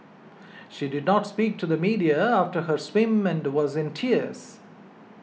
she did not speak to the media after her swim and was in tears